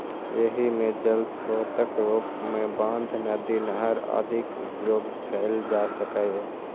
एहि मे जल स्रोतक रूप मे बांध, नदी, नहर आदिक उपयोग कैल जा सकैए